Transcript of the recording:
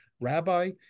rabbi